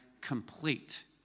complete